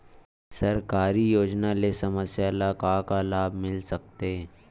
सरकारी योजना ले समस्या ल का का लाभ मिल सकते?